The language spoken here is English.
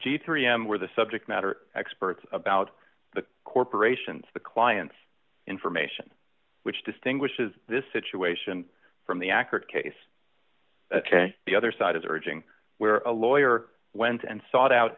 g three m where the subject matter experts about the corporations the clients information which distinguishes this situation from the accurate case the other side is urging where a lawyer went and sought out